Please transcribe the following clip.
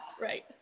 right